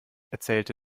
erzählte